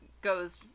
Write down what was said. goes